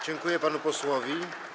Dziękuję panu posłowi.